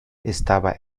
estaba